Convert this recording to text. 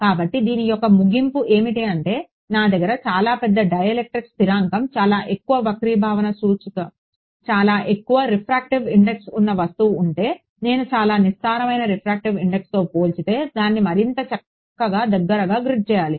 కాబట్టి దీని యొక్క ముగింపు ఏమిటి అంటే నా దగ్గర చాలా పెద్ద డైలెక్ట్రిక్ స్థిరాంకం చాలా ఎక్కువ వక్రీభవన సూచిక ఉన్న వస్తువు ఉంటే నేను చాలా నిస్సారమైన రిఫ్రాక్టివ్ ఇండెక్స్తో పోల్చితే దాన్ని మరింత చక్కగా దగ్గరగా గ్రిడ్ చేయాలి